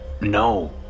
No